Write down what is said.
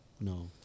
No